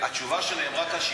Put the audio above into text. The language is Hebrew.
והעלה לפניו את זה.